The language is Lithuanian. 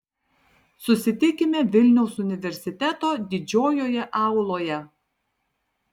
susitikime vilniaus universiteto didžiojoje auloje